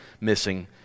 missing